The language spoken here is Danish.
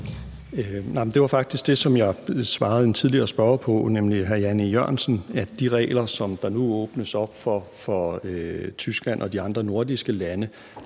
Det var faktisk det spørgsmål, jeg svarede en tidligere spørger på, nemlig hr. Jan E. Jørgensen. Med de regler, hvor der nu åbnes op for Tyskland og de andre nordiske lande,